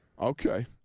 Okay